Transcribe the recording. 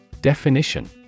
Definition